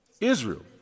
Israel